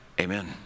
Amen